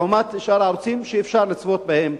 לעומת שאר הערוצים שאפשר לצפות בהם,